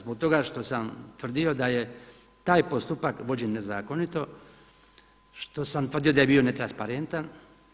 Zbog toga što sam tvrdio da je taj postupak vođen nezakonito što sam bio tvrdio da je bio netransparentan.